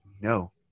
No